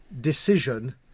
decision